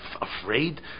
afraid